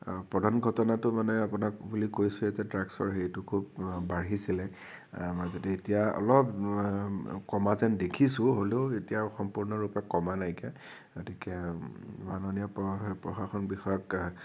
প্ৰধান ঘটনাতো মানে আপোনাক বুলি কৈছোঁৱে যে ড্ৰাগছৰ সেইটো খুব বাঢ়িছিলে মাজতে এতিয়া অলপ কমা যেন দেখিছোঁ হ'লেও এতিয়া সম্পূৰ্ণৰূপে কমা নাইকীয়া গতিকে মাননীয় পৰা প্ৰশাসন বিষয়াক